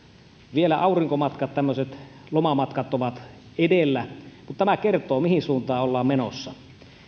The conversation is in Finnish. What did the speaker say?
vielä aurinkomatkat tämmöiset lomamatkat ovat edellä mutta tämä kertoo mihin suuntaan ollaan menossa